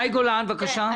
מאי גולן, בבקשה.